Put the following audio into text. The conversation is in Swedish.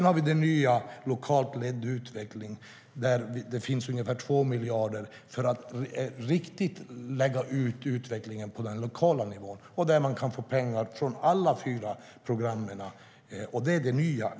Vi har också det nya, Lokalt ledd utveckling, där det finns ungefär 2 miljarder för att lägga ut utvecklingen på den lokala nivån och där man kan få pengar från alla fyra program. Det är det nya.